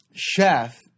chef